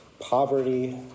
poverty